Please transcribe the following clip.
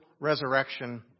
resurrection